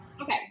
okay